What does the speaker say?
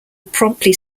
promptly